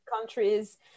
countries